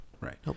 Right